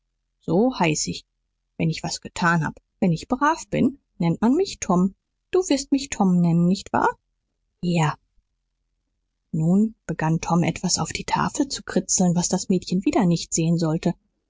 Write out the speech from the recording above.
so heiß ich wenn ich was getan hab wenn ich brav bin nennt man mich tom du wirst mich tom nennen nicht wahr ja nun begann tom etwas auf die tafel zu kritzeln was das mädchen wieder nicht sehen sollte